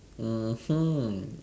mmhmm